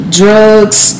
drugs